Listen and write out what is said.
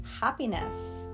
happiness